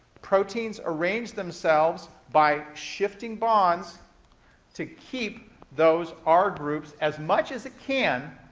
proteins arrange themselves by shifting bonds to keep those r groups, as much as it can,